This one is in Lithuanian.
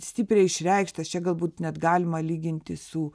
stipriai išreikštas čia galbūt net galima lyginti su